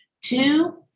Two